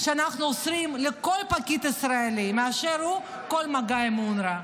שאנחנו אוסרים על כל פקיד ישראלי באשר הוא כל מגע עם אונר"א.